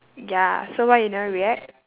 ya so why you never react